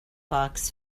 box